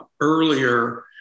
earlier